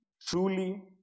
truly